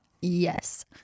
Yes